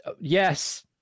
yes